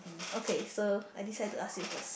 okay so I decide to ask you first